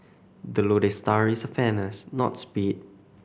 the lodestar is fairness not speed